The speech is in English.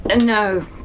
no